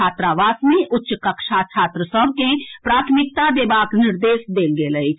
छात्रावास मे उच्च कक्षाक छात्र सभ के प्राथमिकता देबाक निर्देश देल गेल अछि